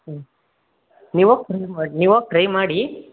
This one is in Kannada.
ಹ್ಞೂ ನೀವು ಹೋಗಿ ಟ್ರೈ ಮಾಡಿ ನೀವು ಹೋಗಿ ಟ್ರೈ ಮಾಡಿ